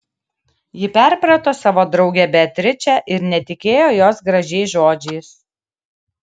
ji perprato savo draugę beatričę ir netikėjo jos gražiais žodžiais